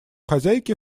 хозяйки